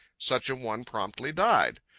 such a one promptly died.